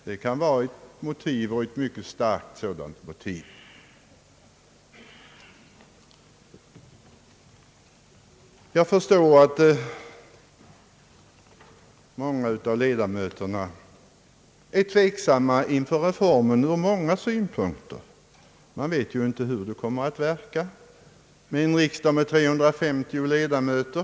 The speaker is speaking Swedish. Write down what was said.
Det kan vara ett motiv och ett mycket starkt sådant. Jag förstår att många av ledamöterna ställer sig tveksamma inför reformen ur många synpunkter. Man vet ju inte hur det kommer att verka med en riksdag med 350 ledamöter.